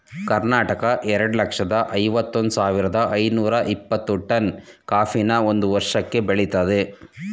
ಕರ್ನಾಟಕ ಎರಡ್ ಲಕ್ಷ್ದ ಐವತ್ ಒಂದ್ ಸಾವಿರ್ದ ಐನೂರ ಇಪ್ಪತ್ತು ಟನ್ ಕಾಫಿನ ಒಂದ್ ವರ್ಷಕ್ಕೆ ಬೆಳಿತದೆ